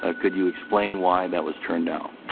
ah could you explain why that was turned down?